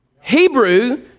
Hebrew